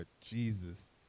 Jesus